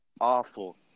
awful